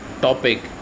topic